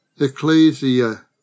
Ecclesia